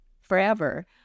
forever